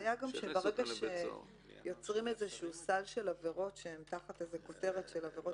ברגע שיוצרים איזשהו סל של עבירות שהן תחת כותרת של עבירות